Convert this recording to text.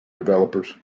developers